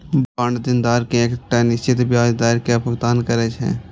bond देनदार कें एकटा निश्चित ब्याज दर के भुगतान करै छै